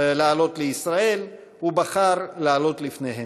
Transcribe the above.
לעלות לישראל הוא בחר לעלות לפניהם.